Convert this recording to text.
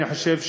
אני חושב,